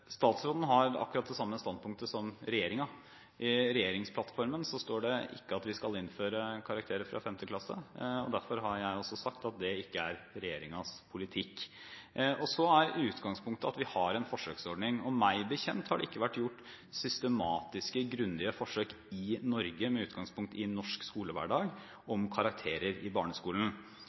Statsråden har akkurat det samme standpunktet som regjeringen. I regjeringsplattformen står det ikke at vi skal innføre karakterer fra 5. klasse, og derfor har jeg også sagt at dette ikke er regjeringens politikk. Utgangspunktet er at vi har en forsøksordning, og meg bekjent har det ikke vært gjort systematiske, grundige forsøk i Norge – med utgangspunkt i norsk skolehverdag – med karakterer i barneskolen.